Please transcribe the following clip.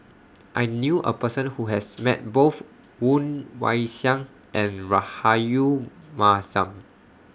I knew A Person Who has Met Both Woon Wah Siang and Rahayu Mahzam